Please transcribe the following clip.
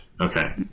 Okay